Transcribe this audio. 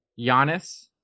Giannis